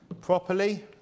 properly